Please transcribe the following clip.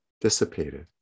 dissipated